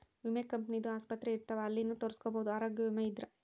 ವಿಮೆ ಕಂಪನಿ ದು ಆಸ್ಪತ್ರೆ ಇರ್ತಾವ ಅಲ್ಲಿನು ತೊರಸ್ಕೊಬೋದು ಆರೋಗ್ಯ ವಿಮೆ ಇದ್ರ